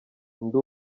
ndi